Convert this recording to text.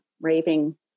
raving